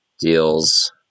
deals